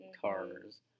Cars